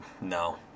no